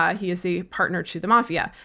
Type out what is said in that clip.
ah he is a partner to the mafia.